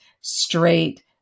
straight